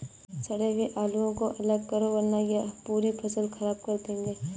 सड़े हुए आलुओं को अलग करो वरना यह पूरी फसल खराब कर देंगे